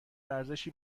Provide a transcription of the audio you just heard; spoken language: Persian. ورزشی